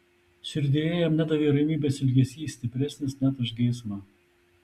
širdyje jam nedavė ramybės ilgesys stipresnis net už geismą